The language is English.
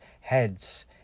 heads